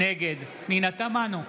נגד פנינה תמנו,